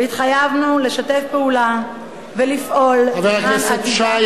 התחייבנו לשתף פעולה ולפעול למען עתידה חבר הכנסת שי,